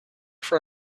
for